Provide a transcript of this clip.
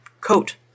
coat